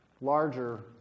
larger